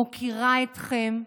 מוקירה אתכם.